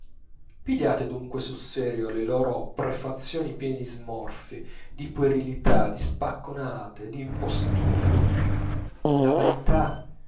pigliate dunque sul serio le loro prefazioni piene di smorfie di puerilità di spacconate di imposture la vanità